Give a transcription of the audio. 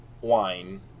wine